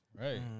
Right